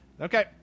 okay